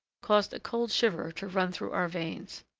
caused a cold shiver to run through our veins.